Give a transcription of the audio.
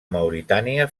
mauritània